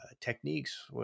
techniques